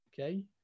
Okay